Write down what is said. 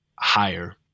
higher